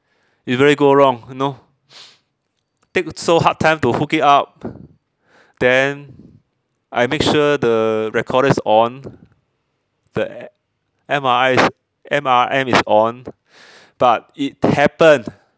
it really go wrong you know take so hard time to hook it up then I make sure the recorders on the M_R_I is M_R_M is on but it happened